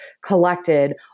collected